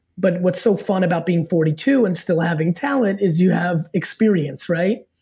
but what's so fun about being forty two and still having talent is you have experience, right?